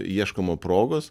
ieškoma progos